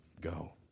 go